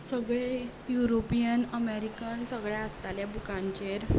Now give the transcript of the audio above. सगले European American सगले आसताले बुकांचेर